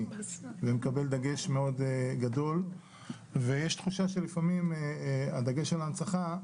מקבל דגש מאוד גדול ויש תחושה שלפעמים הדגש על ההנצחה,